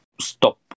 stop